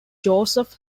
joseph